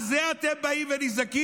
על זה אתם באים ונזעקים?